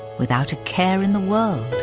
without a care in the world.